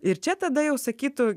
ir čia tada jau sakytų